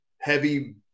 heavy